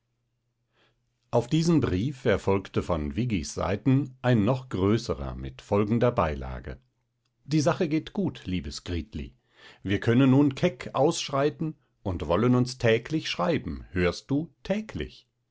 auf diesen brief erfolgte von viggis seiten ein noch größerer mit folgender beilage die sache geht gut liebes gritli wir können nun keck ausschreiten und wollen uns täglich schreiben hörst du täglich